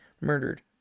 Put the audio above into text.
murdered